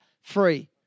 free